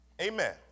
Amen